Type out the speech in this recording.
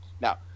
Now